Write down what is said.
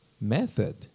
method